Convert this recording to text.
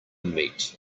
meat